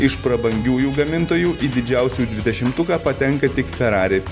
iš prabangiųjų gamintojų į didžiausių dvidešimtuką patenka tik ferrari